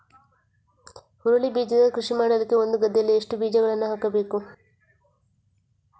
ಹುರುಳಿ ಬೀಜದ ಕೃಷಿ ಮಾಡಲಿಕ್ಕೆ ಒಂದು ಗದ್ದೆಯಲ್ಲಿ ಎಷ್ಟು ಬೀಜಗಳನ್ನು ಹಾಕಬೇಕು?